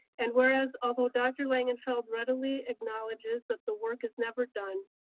and whereas, although dr. langenfeld readily acknowledges that the work is never done,